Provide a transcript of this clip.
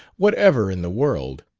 whatever in the world!